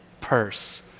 purse